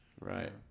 Right